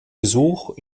besuch